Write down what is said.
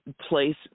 place